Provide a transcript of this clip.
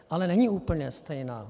Ale není úplně stejná.